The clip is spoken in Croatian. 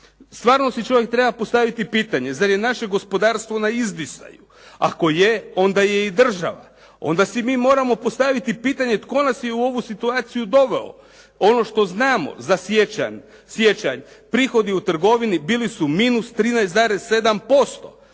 Stvarno si čovjek treba postaviti pitanje, zar je naše gospodarstvo na izdisaju, ako je onda je i država. Onda si mi moramo postaviti pitanje tko nas je u ovu situaciju doveo. Ono što znamo za siječanj, siječanj prihodi u trgovini bili su minus 13,7%